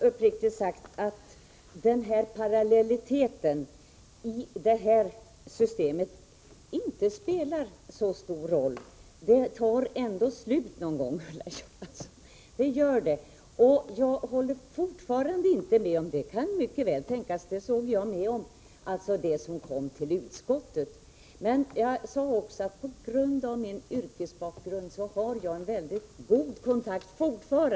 Herr talman! Jag tror, uppriktigt sagt, att parallelliteten i systemet inte spelar så stor roll. Det tar ändå slut någon gång, Ulla Johansson. Jag håller fortfarande inte med om det som Ulla Johansson säger om de exempel vi har fått — även om det kan sägas gälla det material som kom till utskottet. Jag sade också, att jag på grund av min yrkesbakgrund fortfarande har mycket god kontakt med olika människor som har dessa problem.